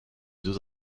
deux